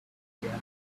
through